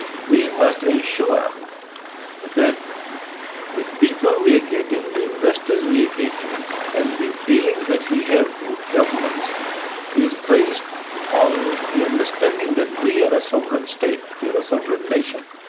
we must ensure that the people we are getting, the investors we're getting and the dealings that we have with governments is based on the understanding that we are a sovereign state, we are a sovereign nation.